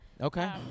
Okay